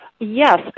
Yes